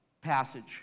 passage